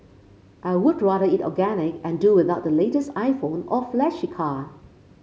I would rather eat organic and do without the latest iPhone or flashy car